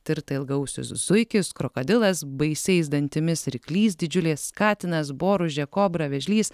tirta ilgaausis zuikis krokodilas baisiais dantimis ryklys didžiulis katinas boružė kobra vėžlys